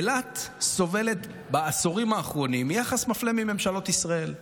אילת סובלת בעשורים האחרונים מיחס מפלה מממשלות ישראל,